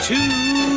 Two